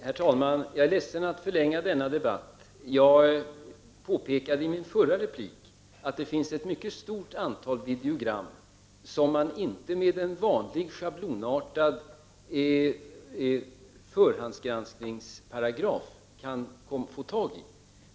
Herr talman! Jag är ledsen över att jag förlänger denna debatt. Jag påpekade i mitt förra anförande att det finns ett stort antal videogram som man inte med en vanlig schablonartad förhandsgranskningsparagraf kan få tag i.